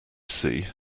see